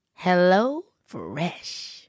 HelloFresh